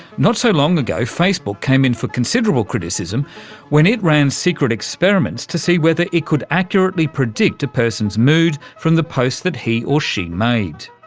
not so long ago facebook came in for considerable criticism when it ran secret experiments to see whether it could accurately predict a person's mood from the posts that he or she made.